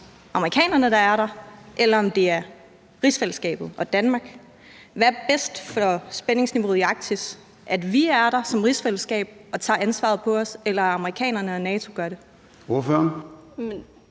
der er der, amerikanerne, der er der, eller om det er rigsfællesskabet og Danmark. Hvad er bedst for spændingsniveauet i Arktis? Er det, at vi er der som rigsfællesskab og tager ansvaret på os, eller at amerikanerne og NATO gør det?